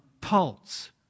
Pulse